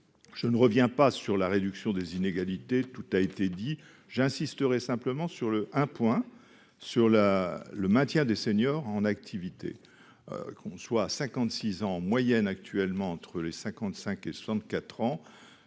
je ne reviens pas sur la réduction des inégalités, tout a été dit j'insisterai simplement sur le un point sur la, le maintien des seniors en activité, qu'on soit 56 en moyenne actuellement entre les 55 64 ans,